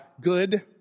Good